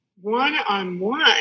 one-on-one